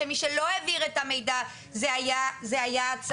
ומי שלא העביר את המידע זה היה הצבא.